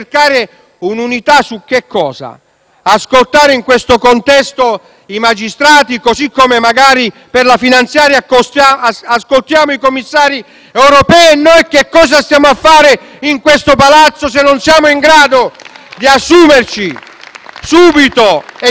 ascoltare in questo contesto i magistrati, così come per la manovra finanziaria ascoltiamo magari i commissari europei? E noi cosa ci stiamo a fare in questo palazzo se non siamo in grado di assumerci subito e chiaramente le responsabilità?